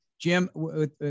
Jim